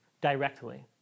directly